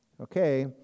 okay